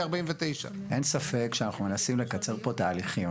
49. אין ספק שאנחנו מנסים לקצר פה תהליכים.